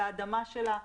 על האדמה שלה,